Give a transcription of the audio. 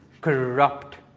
corrupt